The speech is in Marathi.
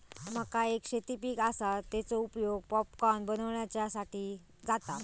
मका एक शेती पीक आसा, तेचो उपयोग पॉपकॉर्न बनवच्यासाठी जाता